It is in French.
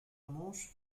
manche